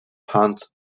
pant